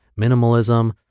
minimalism